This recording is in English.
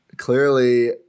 Clearly